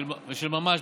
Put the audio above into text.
של ממש,